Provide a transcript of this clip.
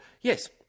yes